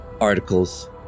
articles